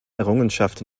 errungenschaft